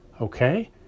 okay